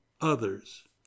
others